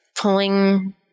pulling